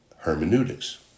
Hermeneutics